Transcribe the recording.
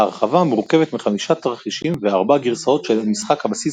ההרחבה מורכבת מחמישה תרחישים וארבע גרסאות של משחק הבסיס